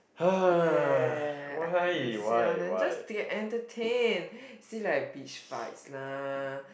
yeah I like to just sit down and just to get entertained see like bitch fights lah